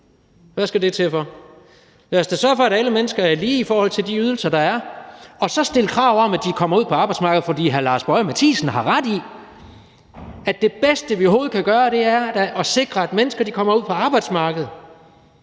Hvad skal det til for? Lad os da sørge for, at alle mennesker er lige i forhold til de ydelser, der er, og så stille krav om, at de kommer ud på arbejdsmarkedet. For hr. Lars Boje Mathiesen har ret i, at det bedste, vi overhovedet kan gøre, da er at sikre, at mennesker kommer ud på arbejdsmarkedet.